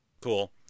Cool